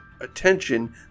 attention